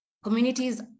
Communities